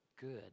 good